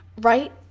right